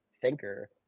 thinker